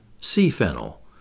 sea-fennel